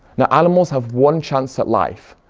now animals have one chance at life.